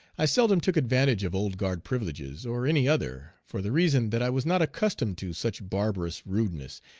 i seldom took advantage of old guard privileges, or any other, for the reason that i was not accustomed to such barbarous rudeness,